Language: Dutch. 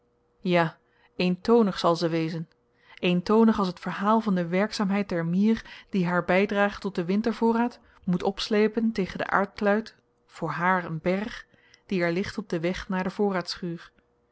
ja eentonig zal ze wezen eentonig als t verhaal van de werkzaamheid der mier die haar bydrage tot den wintervoorraad moet opslepen tegen den aardkluit voor haar een berg die er ligt op den weg naar de